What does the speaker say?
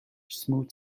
smoot